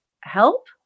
help